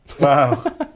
Wow